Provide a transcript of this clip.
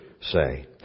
say